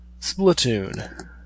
Splatoon